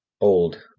old